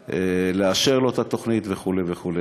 לאשר לו את התוכנית וכו' וכו'.